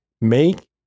Make